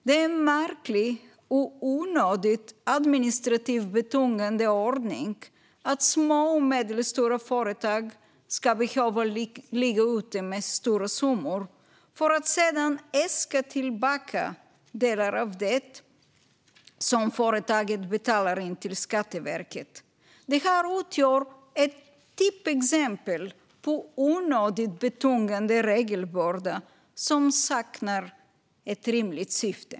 Det är en märklig och onödigt administrativt betungande ordning att små och medelstora företag ska behöva ligga ute med stora summor för att sedan äska tillbaka delar av det som företaget har betalat in till Skatteverket. Det här utgör ett typexempel på onödigt betungande regelbörda som saknar rimligt syfte.